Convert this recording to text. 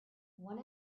one